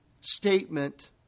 statement